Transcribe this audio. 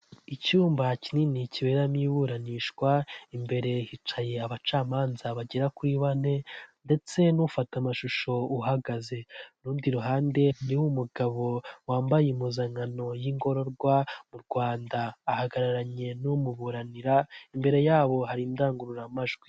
Icyumba kinini kiberamo iburanishwa imbere hicaye abacamanza bagera kuri bane, ndetse n'ufata amashusho uhagaze, ku rundi ruhande hari umugabo wambaye impuzankano y'ingororwa, mu Rwanda ahagararanye n'umuburanira imbere yabo hari indangururamajwi.